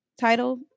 title